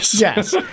Yes